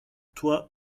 toi